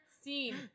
scene